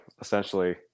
essentially